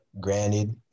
granted